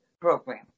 program